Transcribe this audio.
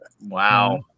Wow